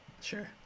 Sure